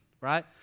right